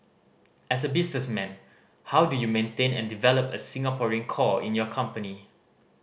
as a businessman how do you maintain and develop a Singaporean core in your company